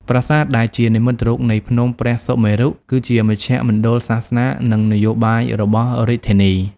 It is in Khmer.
ប្រាសាទដែលជានិមិត្តរូបនៃភ្នំព្រះសុមេរុ គឺជាមជ្ឈមណ្ឌលសាសនា និងនយោបាយរបស់រាជធានី។